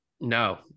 No